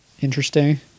interesting